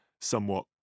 somewhat